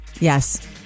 yes